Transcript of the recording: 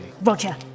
Roger